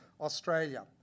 Australia